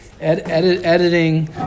editing